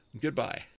goodbye